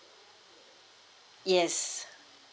yes